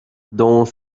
dont